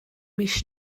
mis